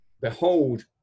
behold